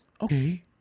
okay